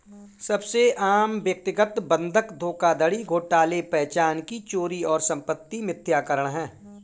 सबसे आम व्यक्तिगत बंधक धोखाधड़ी घोटाले पहचान की चोरी और संपत्ति मिथ्याकरण है